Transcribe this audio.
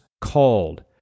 called